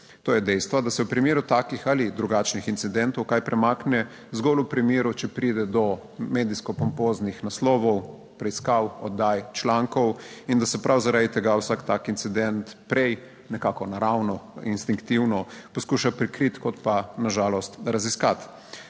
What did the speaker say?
To je dejstvo, da se v primeru takih ali drugačnih incidentov kaj premakne zgolj v primeru, če pride do medijsko pompoznih naslovov, preiskav, oddaj, člankov in da se prav zaradi tega vsak tak incident prej nekako naravno instinktivno poskuša prikriti kot pa na žalost raziskati.